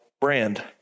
brand